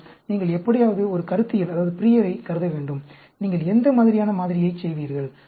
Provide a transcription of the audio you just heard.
ஆனால் நீங்கள் எப்படியாவது ஒரு கருத்தியலை கருத வேண்டும் நீங்கள் எந்த மாதிரியான மாதிரியைச் செய்வீர்கள்